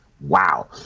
wow